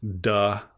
duh